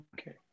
Okay